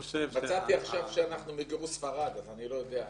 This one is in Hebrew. מצאתי עכשיו שאנחנו מגירוש ספרד אבל אני לא יודע.